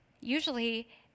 Usually